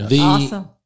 Awesome